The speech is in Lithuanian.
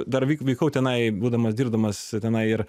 dar vyk vykau tenai būdamas dirbdamas tenai ir